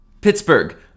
Pittsburgh